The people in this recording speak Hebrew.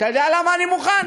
אתה יודע למה אני מוכן?